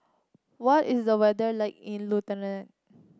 what is the weather like in Lithuania